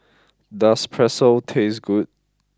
does Pretzel taste good